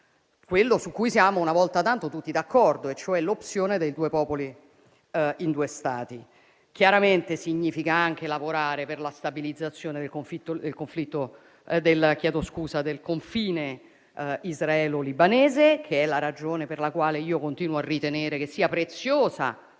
quello su cui siamo una volta tanto tutti d'accordo, cioè l'opzione dei due popoli in due Stati. Chiaramente, significa anche lavorare per la stabilizzazione del confine israelo-libanese, che è la ragione per la quale continuo a ritenere preziosa,